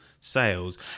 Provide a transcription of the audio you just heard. sales